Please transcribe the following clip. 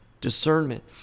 Discernment